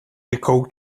nicole